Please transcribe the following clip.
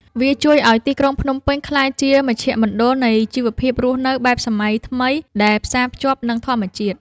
វាជួយឱ្យទីក្រុងភ្នំពេញក្លាយជាមជ្ឈមណ្ឌលនៃជីវភាពរស់នៅបែបសម័យថ្មីដែលផ្សារភ្ជាប់នឹងធម្មជាតិ។